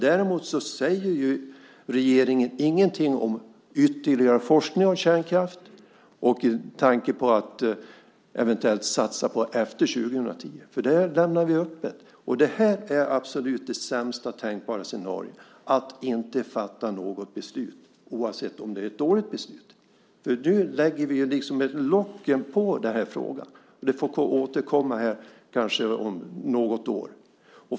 Däremot säger regeringen ingenting om ytterligare forskning om kärnkraft med tanke på att eventuellt satsa på detta efter 2010. Det lämnar vi öppet. Det är absolut det sämsta tänkbara scenariot - att inte fatta något beslut oavsett om det är ett dåligt beslut eller inte. Nu lägger vi liksom locket på i den här frågan, och det får kanske återkomma om något år.